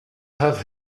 have